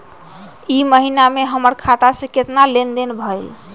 ई महीना में हमर खाता से केतना लेनदेन भेलइ?